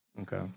Okay